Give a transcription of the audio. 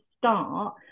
start